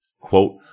Quote